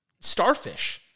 starfish